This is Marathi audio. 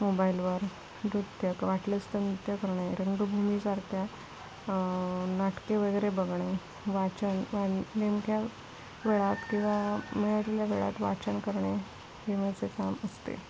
मोबाईलवर नृत्य वाटलंच तर नृत्य करणे रंगभूमीसारख्या नाटके वगैरे बघणे वाचन नेमक्या वेळात किंवा मिळालेल्या वेळात वाचन करणे हे माझे काम असते